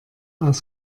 aus